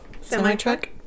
semi-truck